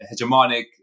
hegemonic